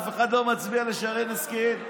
אף אחד לא מצביע לשרן השכל,